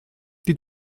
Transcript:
die